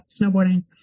snowboarding